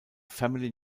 family